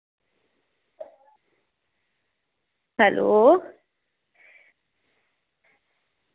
hello